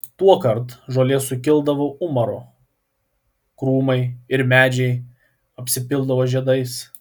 tuokart žolė sukildavo umaru krūmai ir medžiai apsipildavo žiedais